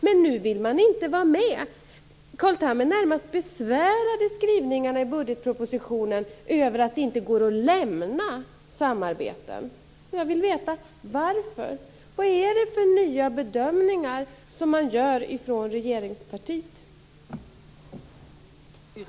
Men nu vill man inte vara med. Carl Tham är i budgetpropositionens skrivningar närmast besvärad över att det inte går att lämna olika samarbeten. Jag vill veta varför. Vad är det för nya bedömningar som man gör från regeringspartiet?